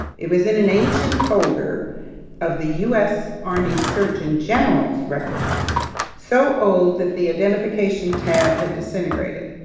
it was in an ancient folder of the u s. army surgeon general's records so old that the identification tab had disintegrated.